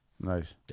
Nice